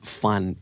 fun